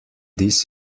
this